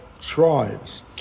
tribes